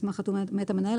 מסמך חתום מאת המנהל.